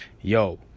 yo